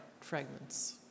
fragments